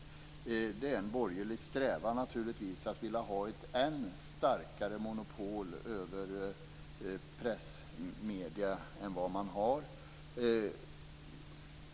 Det är naturligtvis en borgerlig strävan att vilja ha ett än starkare monopol över pressmedierna än vad man har.